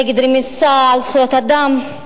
נגד רמיסה של זכויות אדם,